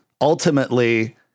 ultimately